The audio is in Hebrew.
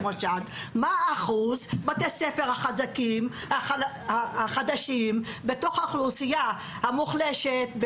מה אחוז בתי הספר החדשים בתוך האוכלוסייה המוחלשת,